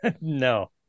No